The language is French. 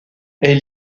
ait